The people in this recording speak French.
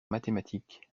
mathématiques